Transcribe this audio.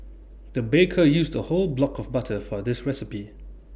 the baker used A whole block of butter for this recipe